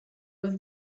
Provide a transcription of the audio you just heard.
was